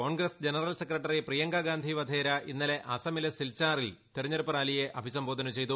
Congress general secretary Priyanka Gandhi Vadra ഇന്നലെ അസമിലെ സിൽചാറിൽ തെരഞ്ഞെടുപ്പ് റാലിയെ അഭിസംബോധന ചെയ്തു